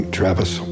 Travis